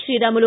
Sriramulu